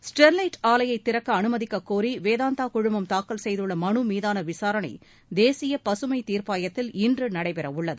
Sterlite ஆலையை திறக்க அனுமதிக்கக் கோரி வேதாந்த குழுமம் தாக்கல் செய்துள்ள மனு மீதான விசாரணை தேசிய பசுமை தீர்ப்பாயத்தில் இன்று நடைபெற உள்ளது